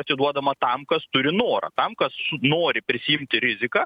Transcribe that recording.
atiduodama tam kas turi norą tam kas nori prisiimti riziką